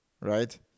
right